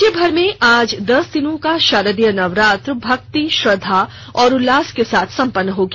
राज्यभर में आज दस दिनों का शारदीय नवरात्र भक्ति श्रद्धा और उल्लास के साथ संपन्न हो गया